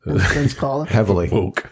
Heavily